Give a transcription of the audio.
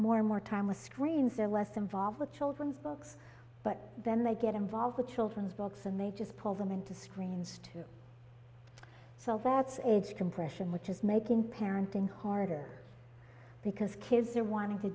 more and more time with screens they're less involved with children's books but then they get involved with children's books and they just pull them into screens to so that's age compression which is making parenting harder because kids are wanting to